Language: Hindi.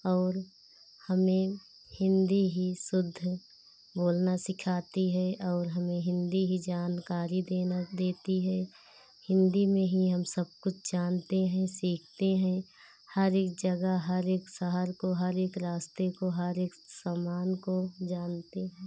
और हमें हिन्दी ही शुद्ध बोलना सिखाती है और हमें हिन्दी ही जानकारी देना देती है हिन्दी में ही हम सब कुछ जानते हैं सीखते हैं हर एक जगह हर एक शहर को हर एक रास्ते को हर एक सामान को जानते हैं